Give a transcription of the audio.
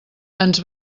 ens